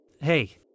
Hey